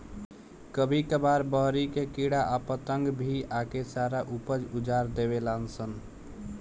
कभी कभार बहरी के कीड़ा आ पतंगा भी आके सारा ऊपज उजार देवे लान सन